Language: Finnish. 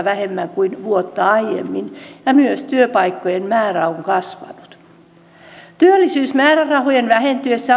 vähemmän kuin vuotta aiemmin ja myös työpaikkojen määrä on kasvanut työllisyysmäärärahojen vähentyessä